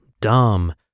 dumb